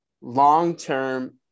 long-term